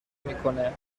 میکنه